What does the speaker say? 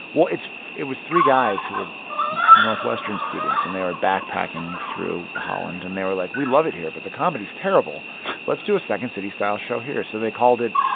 well, it's it was three guys who were northwestern students, and they are backpacking through holland. and they were, like, we love it here, but the comedy's terrible let's do a second city-style show here. so they called it,